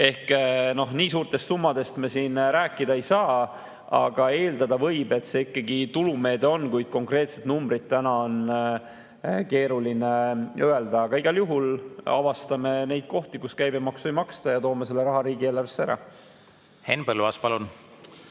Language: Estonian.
Ehk nii suurtest summadest me siin rääkida ei saa, aga eeldada võib, et see ikkagi tulumeede on. Kuid konkreetseid numbreid on täna keeruline öelda. Aga igal juhul me avastame neid kohti, kus käibemaksu ei maksta, ja toome selle raha riigieelarvesse ära. Henn Põlluaas, palun!